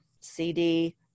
CD